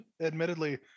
Admittedly